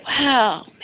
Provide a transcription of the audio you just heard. wow